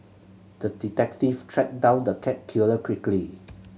the detective tracked down the cat killer quickly